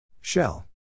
Shell